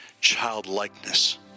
childlikeness